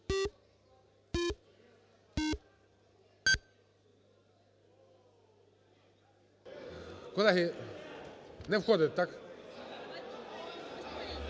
Колеги, не входить, так?